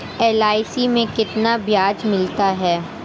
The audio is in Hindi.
एल.आई.सी में कितना ब्याज मिलता है?